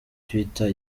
twitter